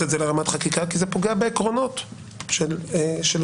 את זה לרמת חקיקה כי זה פוגע בעקרונות של גמישות.